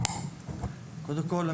קודם כל,